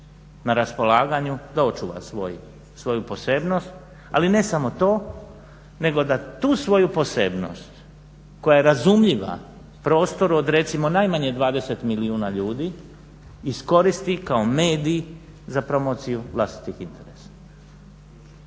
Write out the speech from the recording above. na raspolaganju da očuva svoju posebnost. Ali ne samo to, nego da tu svoju posebnost koja je razumljiva prostoru od recimo od najmanje 20 milijuna ljudi iskoristi kao medij za promociju vlastitog interesa.